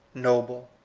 noble,